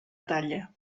talla